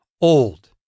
old